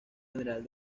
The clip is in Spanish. general